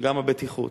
וגם הבטיחות.